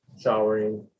showering